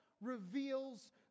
reveals